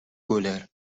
گلر